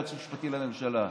אתה היועץ המשפטי לממשלה.